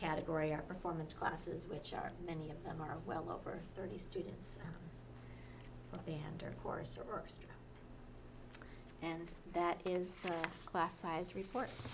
category are performance classes which are many of them are well over thirty students bander course are erst and that is the class size report